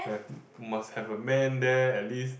have must have a man there at least